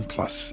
Plus